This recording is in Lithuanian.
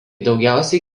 daugiausiai